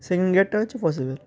second গিয়ারটা হচ্ছে possible